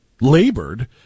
labored